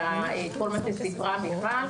של כל מה שסיפרה מיכל,